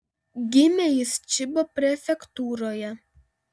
gimė jis čibo prefektūroje